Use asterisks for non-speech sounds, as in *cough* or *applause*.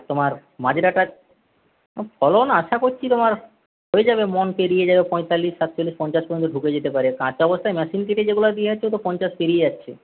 তোমার *unintelligible* ফলন আশা করছি তোমার হয়ে যাবে মন পেরিয়ে যাবে পয়তাল্লিশ সাতচল্লিশ পঞ্চাশ পর্যন্ত ঢুকে যেতে পারে কাঁচা অবস্থায় মেশিন কেটে যেগুলো নিয়ে আসছে *unintelligible* পঞ্চাশ পেরিয়ে যাচ্ছে